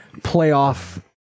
playoff